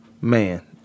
man